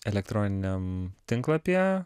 elektroniniam tinklapyje